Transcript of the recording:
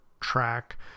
track